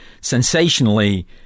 sensationally